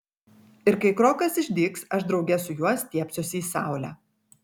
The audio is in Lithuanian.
ir kai krokas išdygs aš drauge su juo stiebsiuosi į saulę